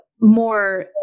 more